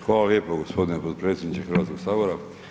Hvala lijepo gospodine potpredsjedniče Hrvatskog sabora.